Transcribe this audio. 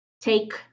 take